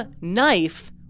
knife